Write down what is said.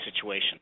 situation